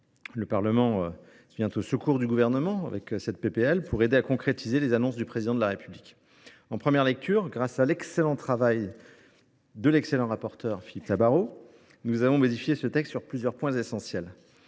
le Parlement vient au secours du Gouvernement pour aider à concrétiser les annonces du Président de la République… En première lecture, grâce à l’excellent travail du tout aussi excellent rapporteur Philippe Tabarot, nous avons modifié ce texte sur plusieurs points essentiels.